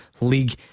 League